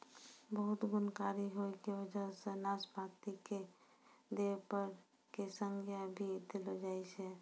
बहुत गुणकारी होय के वजह सॅ नाशपाती कॅ देव फल के संज्ञा भी देलो गेलो छै